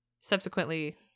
subsequently